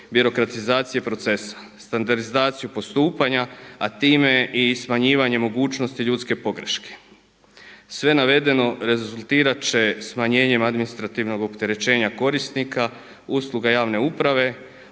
birokratizacije procesa, standardizaciju postupanja a time i smanjivanjem mogućnosti ljudske pogreške. Sve navedeno rezultirati će smanjenjem administrativnog opterećenja korisnika, usluga javne uprave